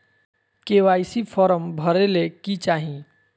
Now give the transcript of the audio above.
KYC form भरे ले कि चाही?